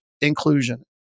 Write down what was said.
inclusion